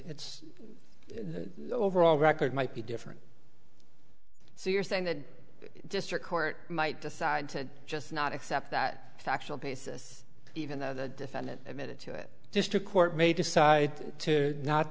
it's the overall record might be different so you're saying that district court might decide to just not accept that factual basis even though the defendant admitted to it district court may decide to not